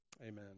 Amen